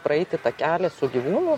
praeiti tą kelią su gyvūnu